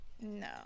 No